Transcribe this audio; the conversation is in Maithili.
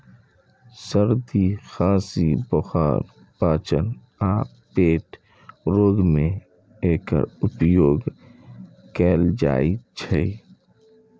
सर्दी, खांसी, बुखार, पाचन आ पेट रोग मे एकर उपयोग कैल जाइ छै